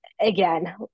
Again